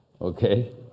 Okay